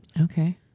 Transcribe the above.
Okay